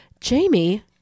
Jamie